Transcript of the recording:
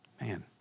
Man